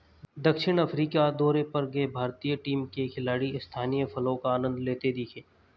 दक्षिण अफ्रीका दौरे पर गए भारतीय टीम के खिलाड़ी स्थानीय फलों का आनंद लेते दिखे